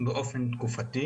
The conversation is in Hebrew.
באופן תקופתי.